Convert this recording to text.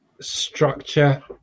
structure